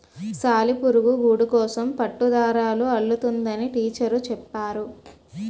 సాలిపురుగు గూడుకోసం పట్టుదారాలు అల్లుతుందని టీచరు చెప్పేరు